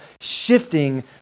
shifting